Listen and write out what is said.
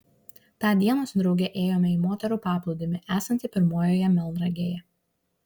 tą dieną su drauge ėjome į moterų paplūdimį esantį pirmojoje melnragėje